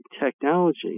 technology